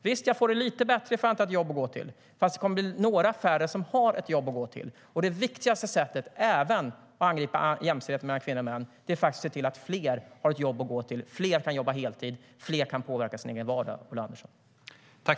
Visst, jag får det lite bättre ifall jag har ett jobb att gå till, men det kommer att bli några färre som har ett jobb att gå till. Det viktigaste sättet att angripa även ojämställdheten mellan kvinnor och män är att se till att fler har ett jobb att gå till, att fler kan jobba heltid, att fler kan påverka sin egen vardag, Ulla Andersson.